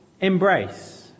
embrace